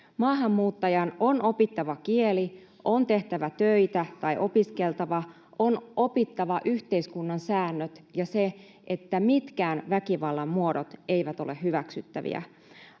Maahanmuuttajan on opittava kieli, on tehtävä töitä tai opiskeltava, on opittava yhteiskunnan säännöt ja se, että mitkään väkivallan muodot eivät ole hyväksyttäviä.